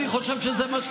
אנחנו לא צריכים